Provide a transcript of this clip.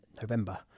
november